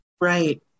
Right